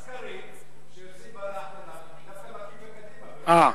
הסקרים שיוצאים לאחרונה דווקא מכים בקדימה ולא בליכוד.